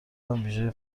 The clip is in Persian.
ویژهی